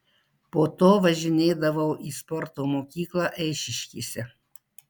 po to važinėdavau į sporto mokyklą eišiškėse